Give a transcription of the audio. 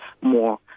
more